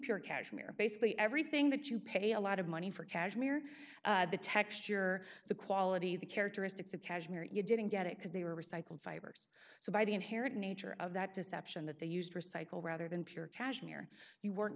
pure cashmere basically everything that you pay a lot of money for cashmere the texture the quality the characteristics of cashmere you didn't get it because they were recycled fibers so by the inherent nature of that deception that they used recycle rather than pure cashmere you weren't